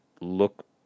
look